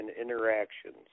interactions